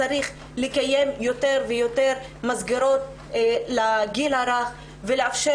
צריך לקיים יותר ויותר מסגרות לגיל הרך ולאפשר